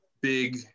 big